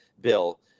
bill